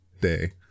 day